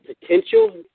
potential